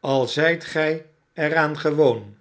al zijt gij er aan gewoon